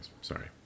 Sorry